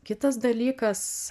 kitas dalykas